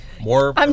more